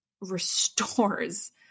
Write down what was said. restores